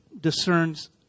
discerns